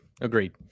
Agreed